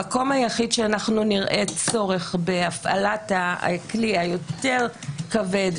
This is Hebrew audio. המקום היחיד שאנחנו נראה צורך בהפעלת הכלי היותר כבד,